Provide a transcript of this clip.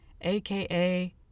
aka